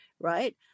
right